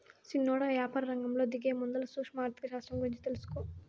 సిన్నోడా, యాపారరంగంలో దిగేముందల సూక్ష్మ ఆర్థిక శాస్త్రం గూర్చి తెలుసుకో